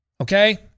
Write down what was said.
Okay